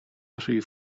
rhif